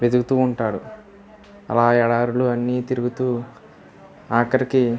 వెతుకుతూ ఉంటాడు అలా ఎడారులు అన్ని తిరుగుతూ ఆకరికి